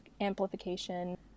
amplification